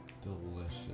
delicious